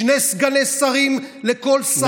שני סגני שרים לכל שר.